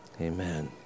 Amen